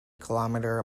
kilometre